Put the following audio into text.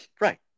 Right